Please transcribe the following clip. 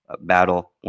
battle